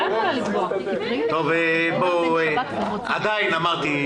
אתה מצליח לתמצת ביום קצר מה שאנחנו לא עושים ביום ארוך.